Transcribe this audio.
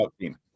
team